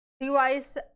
device